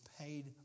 paid